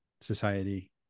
society